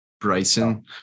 Bryson